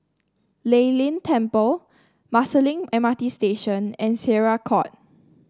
Lei Yin Temple Marsiling M R T Station and Syariah Court